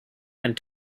and